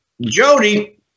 Jody